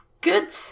good